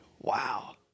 Wow